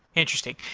interesting.